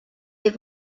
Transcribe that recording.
they